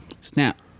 Snap